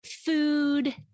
food